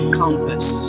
compass